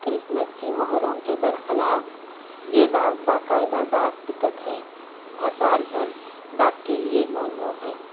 Christmas کی مہروں کے بر خلاف یہ ڈاک باقاعدہ ڈاک ٹکٹ ہیں اور سال بھر ڈاک کے لیے موزوں ہیں